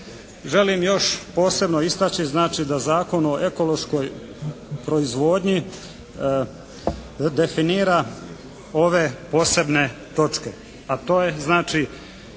Želim još posebno istaći znači da Zakon o ekološkoj proizvodnji definira ove posebne točke, a to je znači